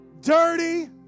dirty